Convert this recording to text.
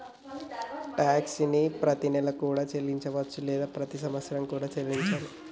tax ని ప్రతినెలా కూడా చెల్లించవచ్చు లేదా ప్రతి సంవత్సరం కూడా చెల్లించాలే